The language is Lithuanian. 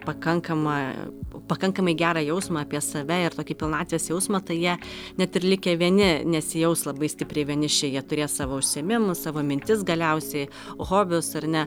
pakankamą pakankamai gerą jausmą apie save ir tokį pilnatvės jausmą tai jie net ir likę vieni nesijaus labai stipriai vieniši jie turės savo užsiėmimus savo mintis galiausiai hobius ar ne